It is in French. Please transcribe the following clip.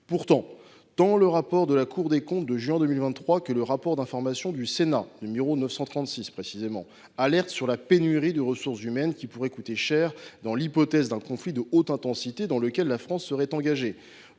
Pourtant, tant le rapport de la Cour des comptes de juin 2023 que le rapport d’information du Sénat n° 936 (2022 2023) alertent sur la pénurie de ressources humaines qui pourraient coûter cher dans l’hypothèse d’un conflit de haute intensité dans lequel la France serait engagée,